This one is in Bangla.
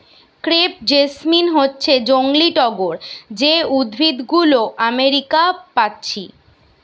ক্রেপ জেসমিন হচ্ছে জংলি টগর যে উদ্ভিদ গুলো আমেরিকা পাচ্ছি